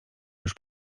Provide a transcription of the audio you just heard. już